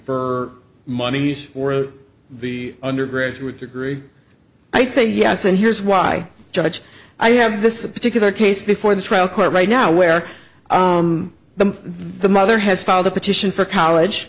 for money for the undergraduate degree i say yes and here's why judge i have this particular case before the trial court right now where the the mother has filed a petition for college